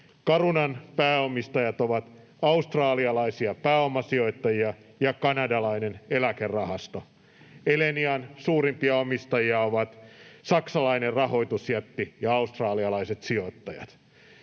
Carunan pääomistajat ovat australialaisia pääomasijoittajia ja kanadalainen eläkerahasto. Elenian suurimpia omistajia ovat saksalainen rahoitusjätti ja australialaiset sijoittajat.